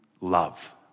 love